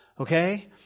Okay